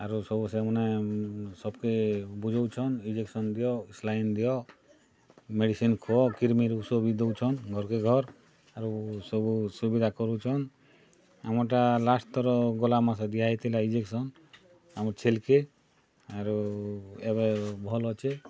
ଆରୁ ସବୁ ସେମାନେ ସବ୍ କେ ବୁଝଉଛନ୍ ଇଞ୍ଜେକ୍ସନ୍ ଦିଅ ସାଲାଇନ୍ ଦିଅ ମେଡ଼ିସିନ୍ ଖୁଅ କ୍ଷୀର୍ ମୀର୍ ସବି ଦଉଛନ୍ ଘର୍ କେ ଘର୍ ଆରୁ ସବୁ ସୁବିଧା କରୁଛନ୍ ଆମ୍ ଟା ଲାଷ୍ଟ୍ ଥର୍ ଗଲା ମାସ୍ ଦିଆ ହେଇଥିଲା ଇଞ୍ଜେକ୍ସନ୍ ଆମ ଛେଲ୍ କେ ଆର୍ ଏବେ ଭଲ୍ ଅଛି